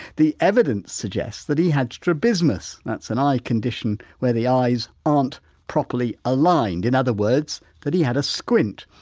the evidence suggests that he had strabismus, that's an eye condition where the eyes aren't properly aligned, in other words that he had a squint.